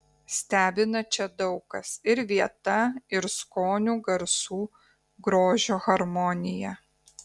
stebina čia daug kas ir vieta ir skonių garsų grožio harmonija